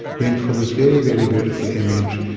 went for this very, very beautiful image,